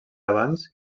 abans